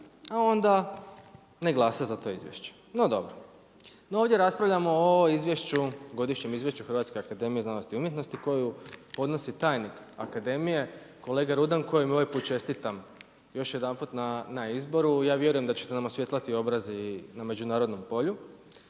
a onda ne glasa za to izvješće, no dobro. No, ovdje raspravljamo o ovom izvješću, Godišnjem izvješću HAZU koju podnosi tajnik Akademije kolega Rudan kojem ovaj put čestitam još jedanput na izboru. I ja vjerujem da ćete nam osvijetliti obraz i na međunarodnom polju.